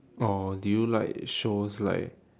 or do you like shows like